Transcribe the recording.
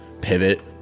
pivot